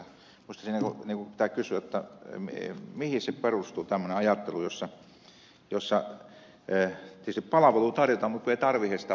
minusta pitää kysyä mihin tämmöinen ajattelu perustuu jossa tietysti palvelua tarjotaan mutta ei tarvitse sitä palvelua